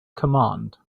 command